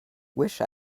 wish